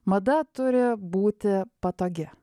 mada turi būti patogi